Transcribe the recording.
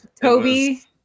Toby